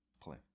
play